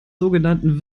sogenannten